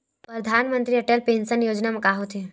परधानमंतरी अटल पेंशन योजना मा का होथे?